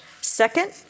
Second